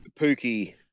Pookie